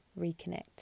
reconnect